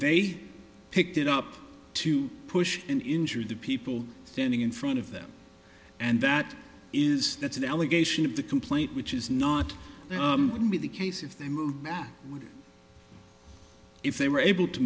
they picked it up to push and injure the people standing in front of them and that is that's a delegation of the complaint which is not going to be the case if they move back if they were able to